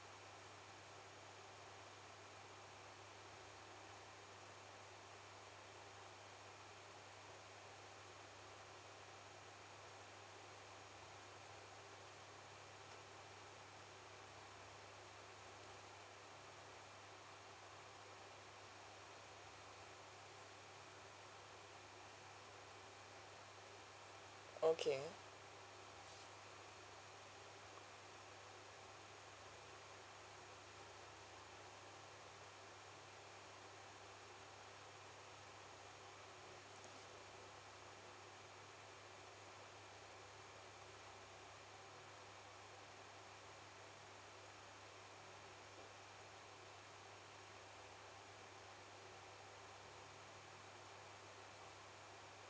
okay